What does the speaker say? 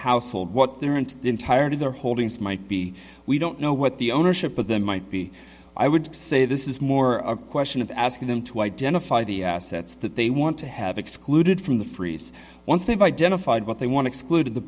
entire their holdings might be we don't know what the ownership of them might be i would say this is more a question of asking them to identify the assets that they want to have excluded from the frieze once they've identified what they want to exclude the